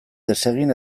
desegin